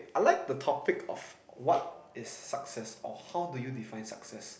I like the topic of what is success or how do you define success